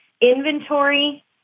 inventory